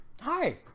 Hi